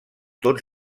tots